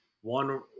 one